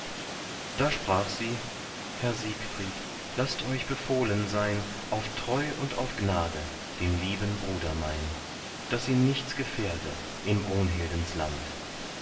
da sprach sie herr siegfried laßt euch befohlen sein auf treu und auf gnade den lieben bruder mein daß ihn nichts gefährde in brunhildens land